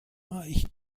ich